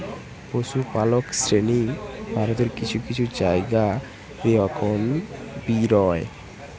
পশুপালক শ্রেণী ভারতের কিছু কিছু জায়গা রে অখন বি রয়